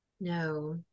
No